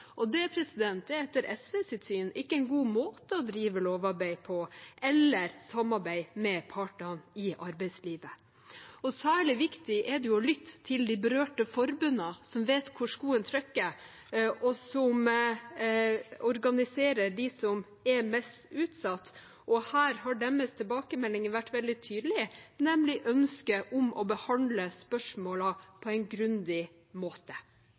Det er etter SVs syn ikke en god måte å drive lovarbeid eller samarbeide med partene i arbeidslivet på. Særlig viktig er det å lytte til de berørte forbundene, som vet hvor skoen trykker, og som organiserer dem som er mest utsatt. Deres tilbakemelding har vært veldig tydelig, nemlig ønsket om å behandle spørsmålene på en grundig måte.